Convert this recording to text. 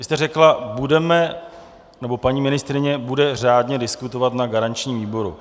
Vy jste řekla, budeme... nebo paní ministryně bude řádně diskutovat na garančním výboru.